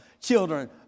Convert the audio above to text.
children